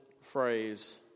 phrase